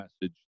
message